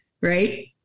right